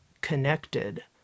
connected